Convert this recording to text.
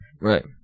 Right